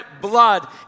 blood